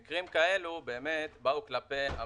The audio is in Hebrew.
ואכן במקרים כאלה באמת באו כלפי המבוטח.